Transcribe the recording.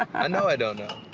i know i don't know.